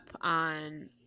on